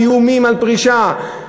איומים על פרישה.